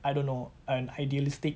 I don't know an idealistic